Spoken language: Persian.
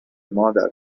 مادر